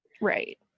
Right